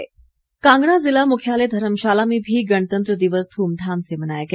धर्मशाला समारोह कांगड़ा जिला मुख्यालय धर्मशाला में भी गणतंत्र दिवस धूमधाम से मनाया गया